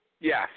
Yes